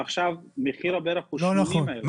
ועכשיו מחיר הברך הוא 80,000. לא נכון.